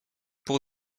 pour